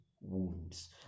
wounds